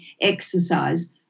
exercise